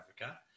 Africa